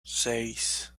seis